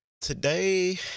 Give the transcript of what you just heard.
today